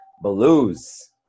blues